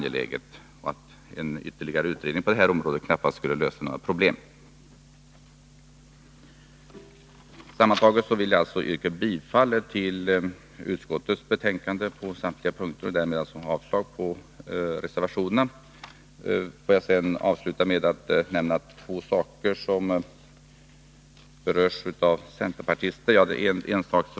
En utredning på detta område skulle knappast lösa några problem. Sammantaget, fru talman, vill jag yrka bifall till utskottets hemställan i samtliga moment och därmed avslag på reservationerna. Jag vill avsluta mitt anförande med att nämna två saker som berörs av centerpartister.